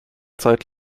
zeit